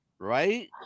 right